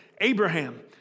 Abraham